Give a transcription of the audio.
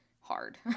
hard